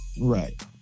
Right